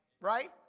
right